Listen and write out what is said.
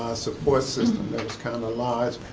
support system. that was kinda large,